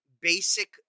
basic